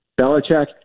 Belichick